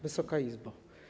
Wysoka Izbo!